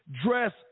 dress